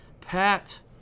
Pat